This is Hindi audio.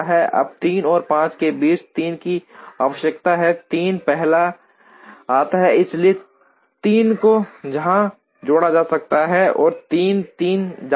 अब 3 और 5 के बीच 3 की आवश्यकता है 3 पहले आता है इसलिए 3 को यहां जोड़ा जा सकता है और 3 3 जाता है